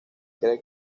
cree